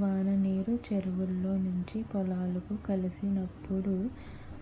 వాననీరు చెరువులో నుంచి పొలాలకు కావలసినప్పుడు